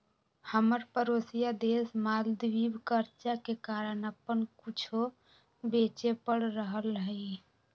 हमर परोसिया देश मालदीव कर्जा के कारण अप्पन कुछो बेचे पड़ रहल हइ